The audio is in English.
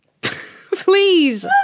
please